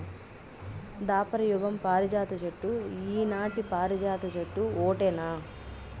దాపర యుగం పారిజాత చెట్టు ఈనాటి పారిజాత చెట్టు ఓటేనా